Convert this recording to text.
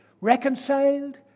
reconciled